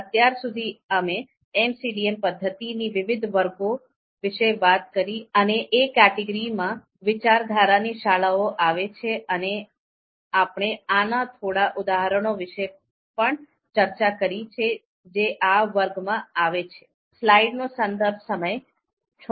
અત્યાર સુધી અમે MCDA પદ્ધતિ ની વિવિધ વર્ગો વિશે વાત કરી અને એ કેટેગરીમાં વિચારધારાની શાળાઓ આવે છે અને આપણે એના થોડા ઉદાહરણો વિશે પણ ચર્ચા કરી છે જે આ વર્ગમાં આવે છે